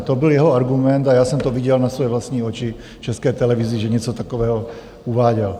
To byl jeho argument a já jsem to viděl na své vlastní oči v České televizi, že něco takového uváděl.